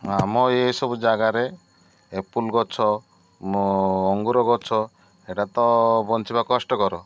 ଆମ ଏସବୁ ଜାଗାରେ ଆପେଲ୍ ଗଛ ଅଙ୍ଗୁର ଗଛ ଏଟା ତ ବଞ୍ଚିବା କଷ୍ଟକର